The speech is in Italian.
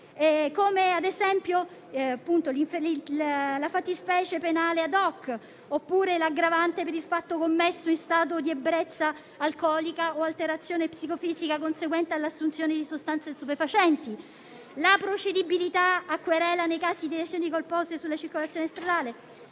come ad esempio la fattispecie penale *ad hoc*, oppure l'aggravante per il fatto commesso in stato di ebbrezza alcolica o alterazione psicofisica conseguente all'assunzione di sostanze stupefacenti, la procedibilità a querela nei casi di lesioni colpose sulla circolazione stradale,